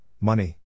Money